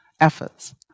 efforts